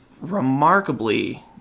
remarkably